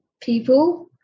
people